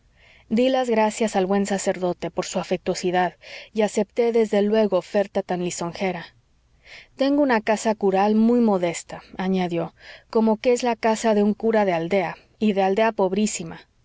dí las gracias al buen sacerdote por su afectuosidad y acepté desde luego oferta tan lisonjera tengo una casa cural muy modesta añadió como que es la casa de un cura de aldea y de aldea pobrísima